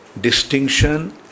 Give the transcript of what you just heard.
distinction